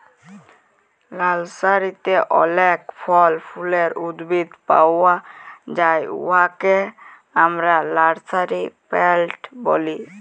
লার্সারিতে অলেক ফল ফুলের উদ্ভিদ পাউয়া যায় উয়াকে আমরা লার্সারি প্লান্ট ব্যলি